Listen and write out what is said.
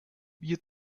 wir